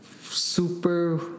Super